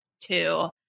two